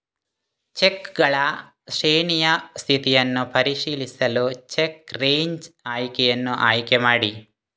ಚೆಕ್ಗಳ ಶ್ರೇಣಿಯ ಸ್ಥಿತಿಯನ್ನು ಪರಿಶೀಲಿಸಲು ಚೆಕ್ ರೇಂಜ್ ಆಯ್ಕೆಯನ್ನು ಆಯ್ಕೆ ಮಾಡಿ